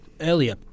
earlier